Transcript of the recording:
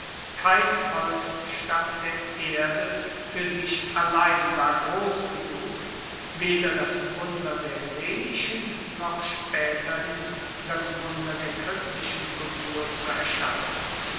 kein volksstamm der erde fuer sich allein war gross genug weder das wunder der hellenischen noch spaeterhin das wunder der christlichen kultur zu erschaffen